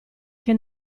che